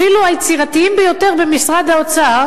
אפילו היצירתיים ביותר במשרד האוצר,